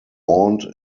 aunt